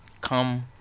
come